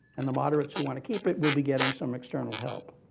and the moderates who want to keep it will be getting some external help,